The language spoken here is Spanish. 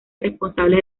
responsables